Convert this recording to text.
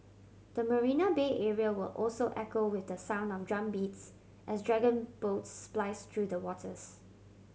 the Marina Bay area will also echo with the sound of drumbeats as dragon boats splice through the waters